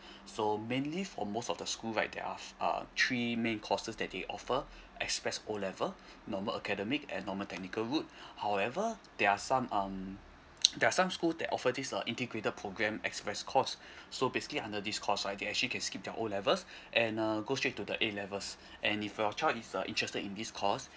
so mainly for most of the school right there are f~ uh three main courses that they offer express O level normal academic and normal technical road however there are some um there are some school that offer this uh integrated program express course so basically under this course like they actually can skip their O levels and uh go straight to the A levels and if your child is uh interested in this course